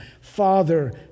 Father